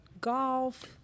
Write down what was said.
golf